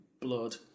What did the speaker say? blood